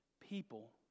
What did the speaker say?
people